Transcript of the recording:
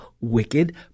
wicked